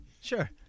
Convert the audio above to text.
Sure